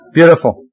Beautiful